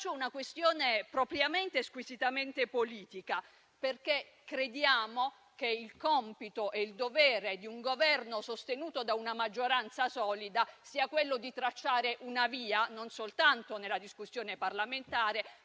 faccio una questione propriamente e squisitamente politica, perché crediamo che il compito e il dovere di un Governo sostenuto da una maggioranza solida siano quelli di tracciare una via non soltanto nella discussione parlamentare,